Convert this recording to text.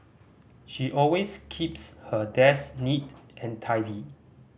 she always keeps her desk neat and tidy